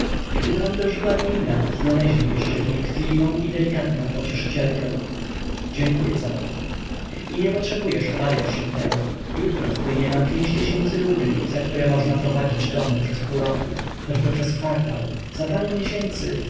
gdyby wam groziła ruina znaleźlibyście w niej tkliwą i delikatną pocieszycielkę dziękuję za to i nie potrzebujesz obawiać się tego jutro wpłynie nam pięć tysięcy rubli za które można prowadzić dom przez pół roku choćby przez kwartał za parę miesięcy